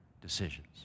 decisions